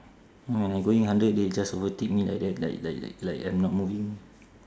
when I going under they just overtake me like that like like like I'm not moving